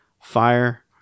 fire